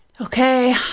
Okay